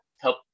help